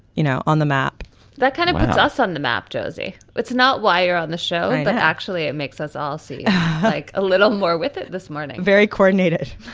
you know, on the map that kind of puts us on the map, jersey. it's not why you're on the show, but actually it makes us all seem like a little more with it this morning very coordinated.